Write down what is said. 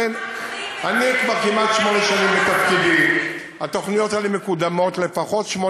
לכן אני שואלת אותך: מדוע לא תרחיב את זה?